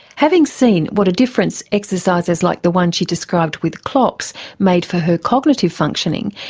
having seen what a difference exercises like the one she described with clocks made for her cognitive functioning,